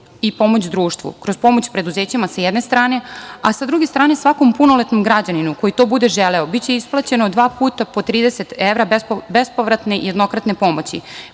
i pomoć društvu, kroz pomoć preduzećima s jedne strane, a sa druge strane, svakom punoletnom građaninu koji to bude želeo biće isplaćeno dva puta po 30 evra bespovratne jednokratne pomoći,